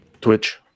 Twitch